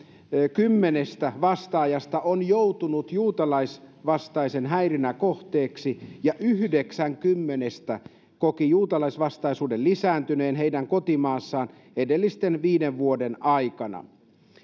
kymmenestä vastaajasta on joutunut juutalaisvastaisen häirinnän kohteeksi ja yhdeksän kymmenestä koki juutalaisvastaisuuden lisääntyneen kotimaassaan edellisten viiden vuoden aikana